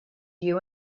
you